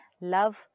love